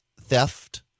theft